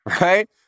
Right